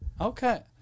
Okay